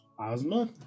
Ozma